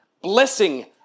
blessing